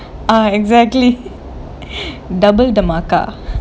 uh exactly double the marker